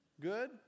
Good